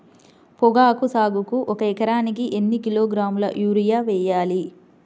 పొగాకు సాగుకు ఒక ఎకరానికి ఎన్ని కిలోగ్రాముల యూరియా వేయాలి?